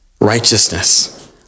righteousness